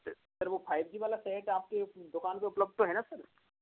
sir वो five G वाला set आपके दुकान पे उपलब्ध तो है न सर